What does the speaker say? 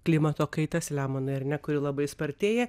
klimato kaita selemonai ar ne kuri labai spartėja